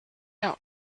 out